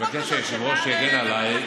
מבקש שהיושב-ראש יגן עליי.